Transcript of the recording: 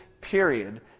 period